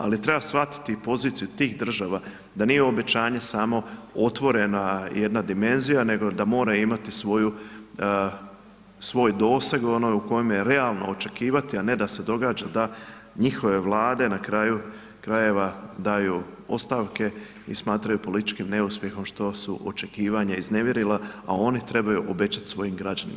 Ali treba shvatiti poziciju tih država, da nije obećanje samo otvorena jedna dimenzija nego da mora imati svoj doseg u kojem je realno očekivati, a ne da se događa da njihove vlade na kraju krajeva daju ostavke i smatraju političkim neuspjehom što su očekivanje iznevjerila, a oni trebaju obećati svojim građanima.